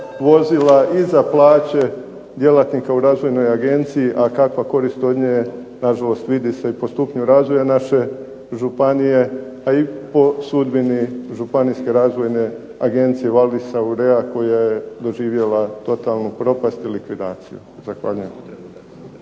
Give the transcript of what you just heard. vozila i za plaće djelatnika u Razvojnoj agenciji, a kakva korist od nje je na žalost vidi se i po stupnju razvoja naše županije, a i po sudbini Županijske razvojne agencija Vallis Aurea koja je doživjela totalnu propast i likvidaciju. Zahvaljujem.